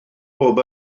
bob